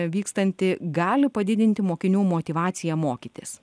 vykstanti gali padidinti mokinių motyvaciją mokytis